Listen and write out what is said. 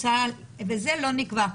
וזה לא נקבע בחוק.